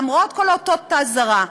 למרות כל אותות האזהרה.